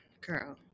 girl